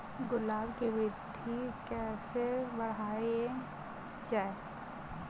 गुलाब की वृद्धि कैसे बढ़ाई जाए?